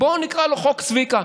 בואו נקרא לו חוק צביקה.